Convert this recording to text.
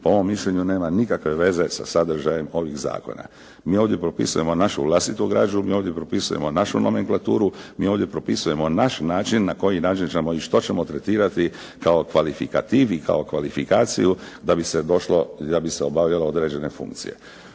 po mom mišljenju nema nikakve veze sa sadržajem ovih zakona. Mi ovdje propisuje našu vlastitu građu, mi ovdje propisujemo našu nomenklaturu, mi ovdje propisujemo naš način na koji način ćemo i što ćemo tretirati kao kvalifikativ i kao kvalifikaciju da bi se obavljalo određene funkcije.